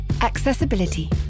Accessibility